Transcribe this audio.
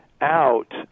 out